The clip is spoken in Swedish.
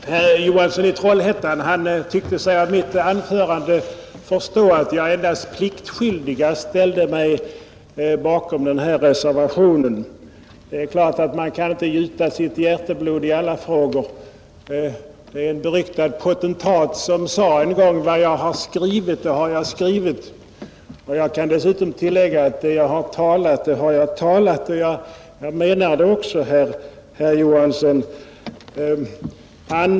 Herr talman! Herr Johansson i Trollhättan tyckte sig av mitt anförande förstå att jag endast pliktskyldigast ställde mig bakom reservationen. Det är klart att man inte kan gjuta sitt hjärteblod i alla frågor. En beryktad potentat sade en gång: ”Vad jag har skrivit det har jag skrivit.” Jag kan tillägga: Vad jag har talat det har jag talat, och jag 21 menar det också, herr Johansson.